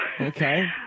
Okay